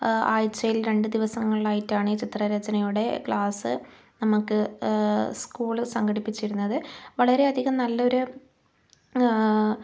ആഴ്ചയിൽ രണ്ട് ദിവസങ്ങളിൽ ആയിട്ടാണ് ഈ ചിത്രരചനയുടെ ക്ലാസ് നമുക്ക് സ്കൂൾ സംഘടിപ്പിച്ചിരുന്നത് വളരെയധികം നല്ലൊരു